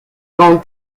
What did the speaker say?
grant